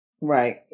right